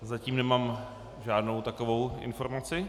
Zatím nemám žádnou takovou informaci.